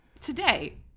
today